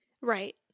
Right